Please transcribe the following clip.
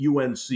UNC